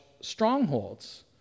strongholds